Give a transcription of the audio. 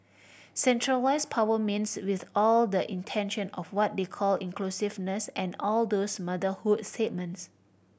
centralised power means with all the intention of what they call inclusiveness and all those motherhood statements